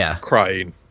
crying